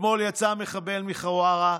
אתמול יצא המחבל מחווארה,